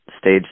stage